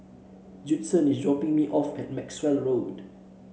Judson is dropping me off at Maxwell Road